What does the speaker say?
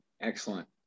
Excellent